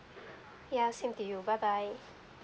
ya same to you bye bye